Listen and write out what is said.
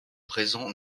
présent